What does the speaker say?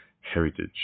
heritage